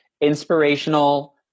inspirational